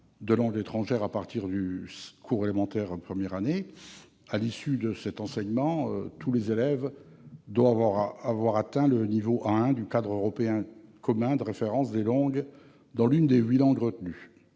de langues étrangères à partir du CE1. À l'issue de cet enseignement, tous les élèves doivent avoir atteint le niveau 1 du cadre européen commun de référence des langues dans l'une des huit langues retenues.